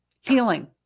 Healing